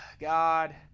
God